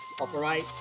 operate